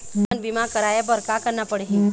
हमन बीमा कराये बर का करना पड़ही?